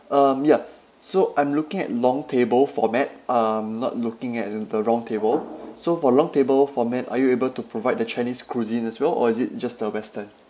um ya so I'm looking at long table format I'm not looking at th~ the round table so for long table format are you able to provide the chinese cuisine as well or is it just the western